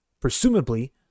Presumably